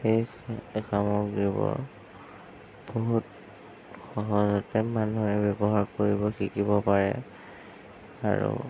সেই সামগ্ৰীবোৰ বহুত সহজতে মানুহে ব্যৱহাৰ কৰিব শিকিব পাৰে আৰু